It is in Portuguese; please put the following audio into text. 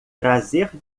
trazer